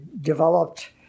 developed